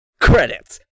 Credits